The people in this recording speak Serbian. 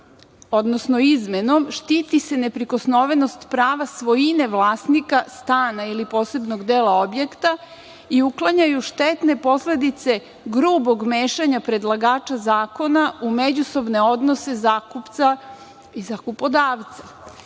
odnosno izmenom, štiti se neprikosnovenost prava svojine vlasnika stana ili posebnog dela objekta i uklanjaju štetne posledice grubog mešanja predlagača zakona u međusobne odnose zakupca i zakupodavca. To